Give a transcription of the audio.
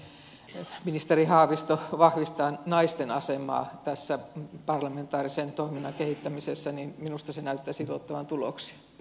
jos me voimme ministeri haavisto vahvistaa naisten asemaa tässä parlamentaarisen toiminnan kehittämisessä niin minusta se näyttäisi tuottavan tuloksia